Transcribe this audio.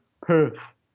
Perth